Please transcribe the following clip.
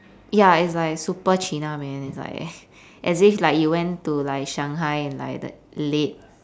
ya it's like super cheena man it's like as if like you went to like shanghai in like the late